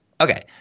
Okay